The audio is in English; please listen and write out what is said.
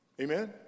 Amen